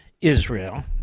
Israel